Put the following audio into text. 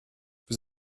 vous